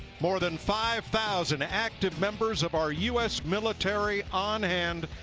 more than five thousand active members of our u s. military on hand.